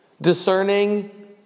discerning